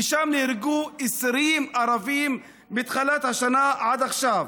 כי שם נהרגו 20 ערבים מתחילת השנה עד עכשיו.